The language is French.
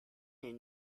n’est